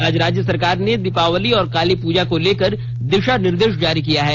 आज राज्य सरकार ने दिवाली और काली पूजा को लेकर दिशा निर्देश जारी किया है